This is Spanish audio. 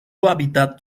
hábitat